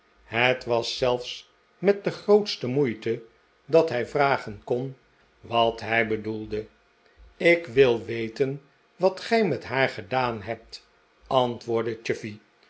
het was zelfs met de grootste moeite dat hij vragen kon wat hij bedoelde ik wil weten wat gij met haar gedaan hebt antwoordde